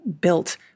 built